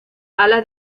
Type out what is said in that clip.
ala